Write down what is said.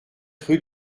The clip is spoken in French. rue